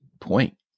point